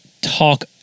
talk